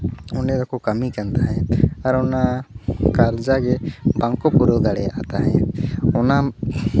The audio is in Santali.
ᱚᱸᱰᱮ ᱫᱚᱠᱚ ᱠᱟᱹᱢᱤ ᱠᱟᱱ ᱛᱟᱦᱮᱸᱫ ᱟᱨ ᱚᱱᱟ ᱠᱟᱨᱡᱟ ᱜᱮ ᱵᱟᱝᱠᱚ ᱯᱩᱨᱟᱹᱣ ᱫᱟᱲᱮᱭᱟᱜᱼᱟ ᱛᱟᱦᱮᱸᱫ ᱚᱱᱟ